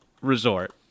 Resort